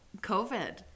COVID